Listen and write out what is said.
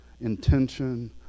intention